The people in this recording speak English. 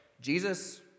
Jesus